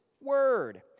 word